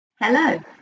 Hello